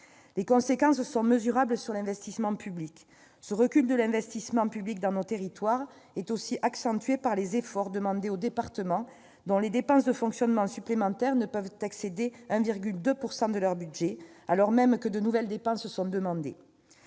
Les conséquences sont mesurables sur l'investissement public. Ce recul de l'investissement dans nos territoires est aussi accentué par les efforts demandés aux départements dont les dépenses de fonctionnement supplémentaires ne peuvent excéder 1,2 % de leur budget, alors même que de nouvelles dépenses sont sollicitées.